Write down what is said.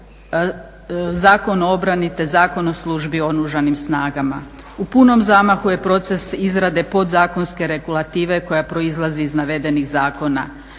U punom zamahu je proces izrade podzakonske regulative koja proizlazi iz navedenih zakona.